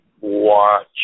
Watch